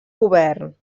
govern